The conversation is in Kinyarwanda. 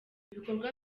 ibikorwa